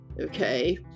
okay